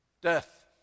Death